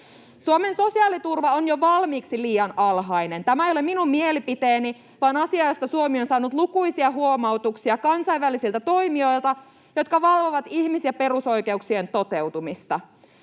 Suomen sosiaaliturva on jo valmiiksi liian alhainen. Tämä ei ole minun mielipiteeni vaan asia, josta Suomi on saanut lukuisia huomautuksia kansainvälisiltä toimijoilta, jotka valvovat ihmis‑ ja perusoikeuksien toteutumista.